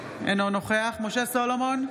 אינו נוכח משה סולומון,